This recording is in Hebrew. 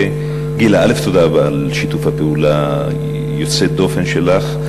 גילה, תודה רבה על שיתוף הפעולה יוצא הדופן שלך.